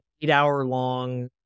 eight-hour-long